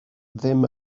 ddim